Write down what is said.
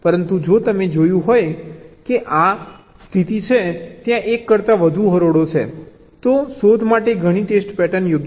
પરંતુ જો તમે જોયું હોય કે જ્યાં આ સ્થિતિ છે ત્યાં એક કરતાં વધુ હરોળો છે તો શોધ માટે ઘણી ટેસ્ટ પેટર્ન યોગ્ય છે